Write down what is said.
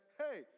hey